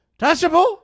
touchable